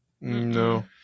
No